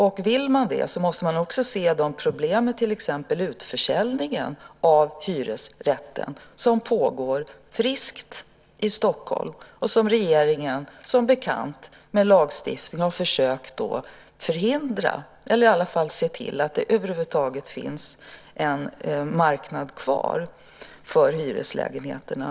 Om man vill det måste man också se problemen med till exempel utförsäljningen av hyresrätter som pågår friskt i Stockholm. Det är något som regeringen, som bekant, med lagstiftning har försökt förhindra. Man har i alla fall försökt se till att det över huvud taget finns en marknad kvar för hyreslägenheterna.